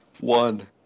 One